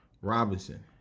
robinson